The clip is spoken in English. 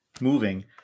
moving